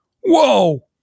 Whoa